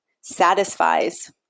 satisfies